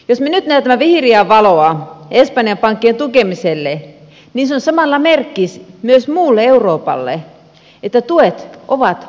jos me nyt näytämme vihreää valoa espanjan pankkien tukemiselle se on samalla merkki myös muulle euroopalle että tuet ovat tulossa